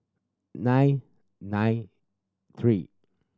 nine nine three